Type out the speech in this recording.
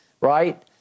right